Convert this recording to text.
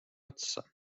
otsa